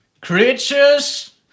Creatures